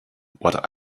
what